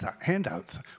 handouts